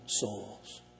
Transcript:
souls